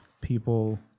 people